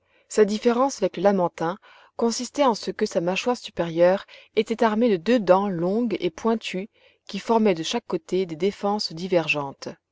sa différence avec le lamantin consistait en ce que sa mâchoire supérieure était armée de deux dents longues et pointues qui formaient de chaque côté des défenses divergentes